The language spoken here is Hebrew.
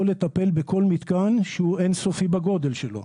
לטפל בכל מתקן שהוא אינסופי בגודל שלו.